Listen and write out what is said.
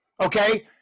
Okay